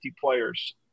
players